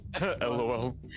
LOL